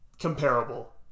Comparable